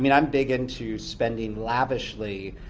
i mean i'm big into spending lavishly,